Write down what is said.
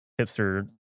hipster